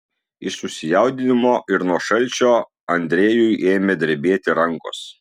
iš susijaudinimo ir nuo šalčio andrejui ėmė drebėti rankos